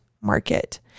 market